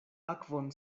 akvon